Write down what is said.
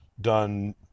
done